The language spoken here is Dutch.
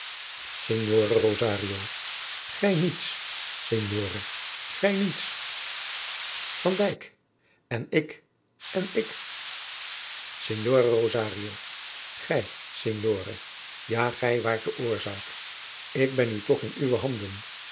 rosario gij niets signore gij niets van dijk en ik en ik signore rosario gij signore ja gij waart de oorzaak ik ben nu toch in uwe handen